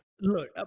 look